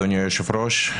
אדוני היושב-ראש,